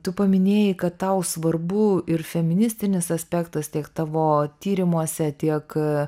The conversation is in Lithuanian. tu paminėjai kad tau svarbu ir feministinis aspektas tiek tavo tyrimuose tiek